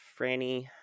Franny